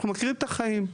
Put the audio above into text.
אנחנו מכירים את החיים.